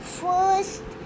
first